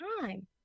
time